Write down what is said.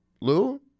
Lou